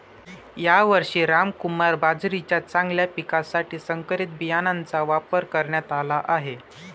यावर्षी रामकुमार बाजरीच्या चांगल्या पिकासाठी संकरित बियाणांचा वापर करण्यात आला आहे